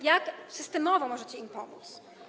Jak systemowo możecie im pomóc?